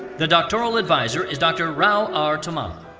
the doctoral advisor is dr. rao r. tummala